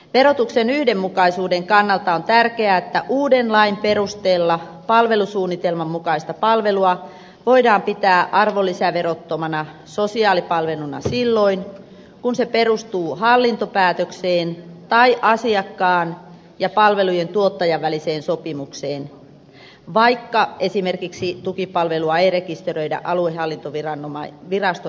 verotuksen yhdenmukaisuuden kannalta on tärkeää että uuden lain perusteella palvelusuunnitelman mukaista palvelua voidaan pitää arvonlisäverottomana sosiaalipalveluna silloin kun se perustuu hallintopäätökseen tai asiakkaan ja palvelujen tuottajan väliseen sopimukseen vaikka esimerkiksi tukipalvelua ei rekisteröidä aluehallintoviraston rekisteriin